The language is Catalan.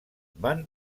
van